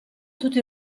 tutti